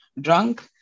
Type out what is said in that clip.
drunk